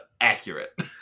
accurate